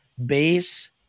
base